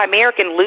American